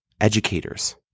educators